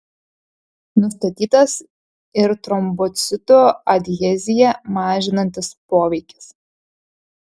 nustatytas ir trombocitų adheziją mažinantis poveikis